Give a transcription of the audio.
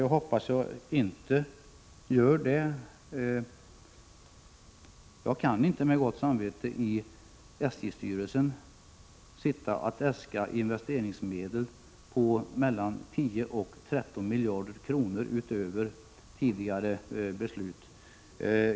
Jag hoppas att jag inte gör det. Jag kan inte med gott samvete sitta i SJ-styrelsen och äska investeringsmedel på mellan 10 och 13 miljarder kronor utöver tidigare beslut.